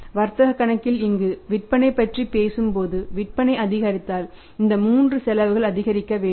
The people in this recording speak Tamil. வர்த்தகக் கணக்கில் இங்கு விற்பனை பற்றி பேசும்போது விற்பனை அதிகரித்தால் இந்த 3 செலவுகள் அதிகரிக்க வேண்டும்